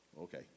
Okay